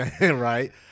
Right